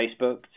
Facebook